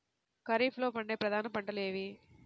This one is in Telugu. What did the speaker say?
ఖరీఫ్లో పండే ప్రధాన పంటలు ఏవి?